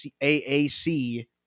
AAC